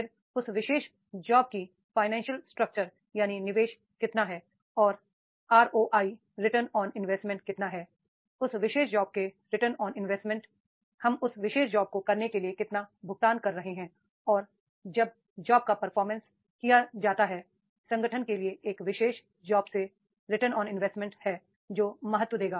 फिर उस विशेष जॉब की फाइनेंशियल स्ट्रक्चर यानी निवेश कितना है और आरओआई रिटर्न ऑन इन्वेस्टमेंट कितना है उस विशेष जॉब के रिटर्न ऑन इन्वेस्टमेंट हम उस विशेष जॉब को करने के लिए कितना भुगतान कर रहे हैं और जब जॉब का परफॉर्मेंस किया जाता है संगठन के लिए एक विशेष जॉब से रिटर्न ऑन इन्वेस्टमेंट है जो महत्व देगा